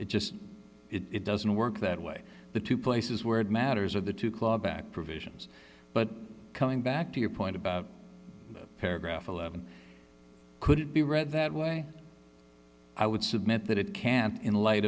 it just it doesn't work that way the two places where it matters are the two clawback provisions but coming back to your point about paragraph eleven could it be read that way i would submit that it can't in light